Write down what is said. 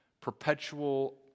perpetual